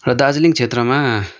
र दार्जिलिङ क्षेत्रमा